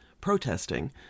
protesting